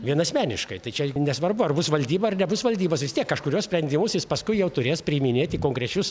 vienasmeniškai tai čia nesvarbu ar bus valdyba ar nebus valdybos vis tiek kažkuriuos sprendimus jis paskui jau turės priiminėti konkrečius